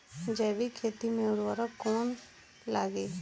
जैविक खेती मे उर्वरक कौन लागी?